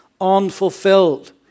unfulfilled